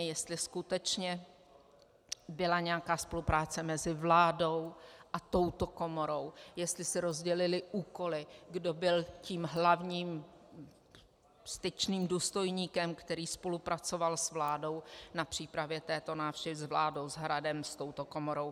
Jestli skutečně byla nějaká spolupráce mezi vládou a touto komorou, jestli si rozdělily úkoly, kdo byl tím hlavním styčným důstojníkem, který spolupracoval s vládou na přípravě této návštěvy, s vládou, s Hradem, s touto komorou.